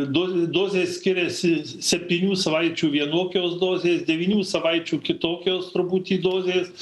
do dozės skiriasi septynių savaičių vienokios dozės devynių savaičių kitokios truputį dozės